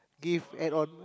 give add on